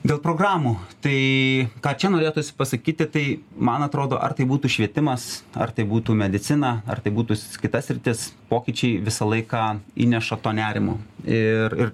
dėl programų tai ką čia norėtųsi pasakyti tai man atrodo ar tai būtų švietimas ar tai būtų medicina ar tai būtų kita sritis pokyčiai visą laiką įneša to nerimo ir ir